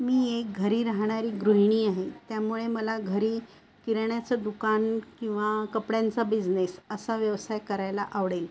मी एक घरी राहणारी गृहिणी आहे त्यामुळे मला घरी किराण्याचं दुकान किंवा कपड्यांचा बिझनेस असा व्यवसाय करायला आवडेल